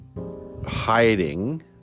hiding